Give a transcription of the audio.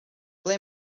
ble